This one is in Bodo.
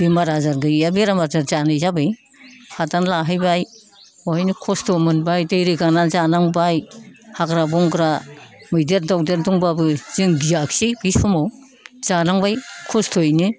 बेमार आजार गैया बेराम आजार जानाय जाबाय हादान लाहैबाय बेवहायनो कस्त' मोनबाय दै रोगानानै जानांबाय हाग्रा बंग्रा मैदेर दौदेर दंबाबो जों गियाखिसै बै समाव जालांबाय कस्त'यैनो